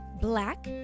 black